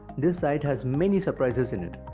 this site has many surprises in it.